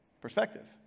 perspective